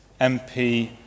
MP